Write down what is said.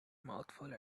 mouthful